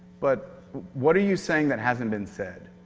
but what are you saying that hasn't been said?